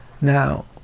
Now